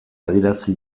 adierazi